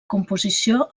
composició